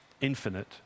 infinite